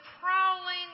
prowling